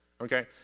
Okay